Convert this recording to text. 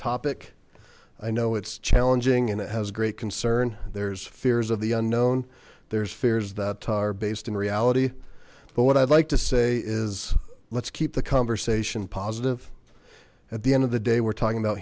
topic i know it's challenging and it has great concern there's fears of the unknown there's fears that are based in reality but what i'd like to say is let's keep the conversation positive at the end of the day we're talking about